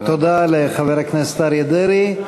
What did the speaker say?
תודה לחבר הכנסת אריה דרעי.